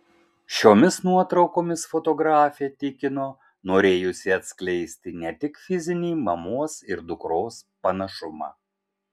šiomis nuotraukomis fotografė tikino norėjusi atskleisti ne tik fizinį mamos ir dukros panašumą